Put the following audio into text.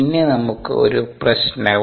പിന്നെ നമുക്ക് ഒരു പ്രശ്നവും